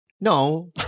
No